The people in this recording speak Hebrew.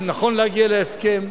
אם נכון להגיע להסכם,